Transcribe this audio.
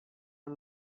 are